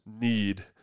need